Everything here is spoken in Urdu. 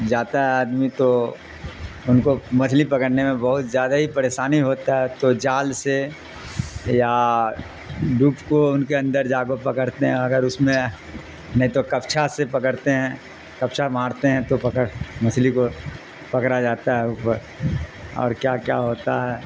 جاتا ہے آدمی تو ان کو مچھلی پکڑنے میں بہت زیادہ ہی پریشانی ہوتا ہے تو جال سے یا ڈوب کو ان کے اندر جاگو پکڑتے ہیں اگر اس میں نہیں تو کپھا سے پکڑتے ہیں کپچھا مارتے ہیں تو پکڑ مچھلی کو پکڑا جاتا ہے اوپر اور کیا کیا ہوتا ہے